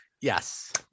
yes